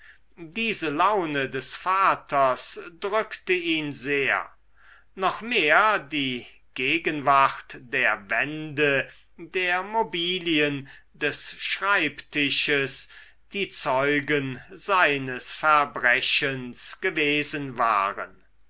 diese laune des vaters drückte ihn sehr noch mehr die gegenwart der wände der mobilien des schreibtisches die zeugen seines verbrechens gewesen waren